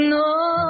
no